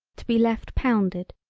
to be left pounded,